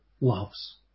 loves